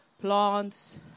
plants